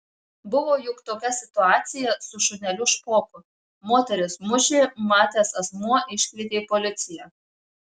buvo juk tokia situacija su šuneliu špoku moteris mušė matęs asmuo iškvietė policiją